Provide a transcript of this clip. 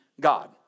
God